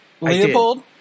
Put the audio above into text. Leopold